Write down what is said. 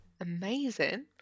Amazing